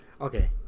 okay